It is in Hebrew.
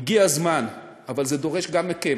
הגיע הזמן, אבל זה דורש גם מכם,